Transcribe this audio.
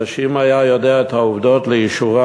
אלא שאם הוא היה יודע את העובדות לאשורן,